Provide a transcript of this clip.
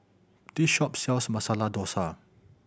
this shop sells Masala Dosa